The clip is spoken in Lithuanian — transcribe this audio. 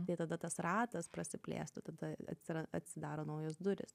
tai tada tas ratas prasiplėstų tada atsira atsidaro naujos durys